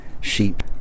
sheep